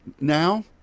now